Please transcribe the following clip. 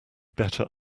better